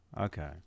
Okay